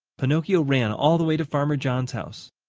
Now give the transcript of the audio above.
pinocchio ran all the way to farmer john's house.